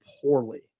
poorly